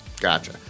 gotcha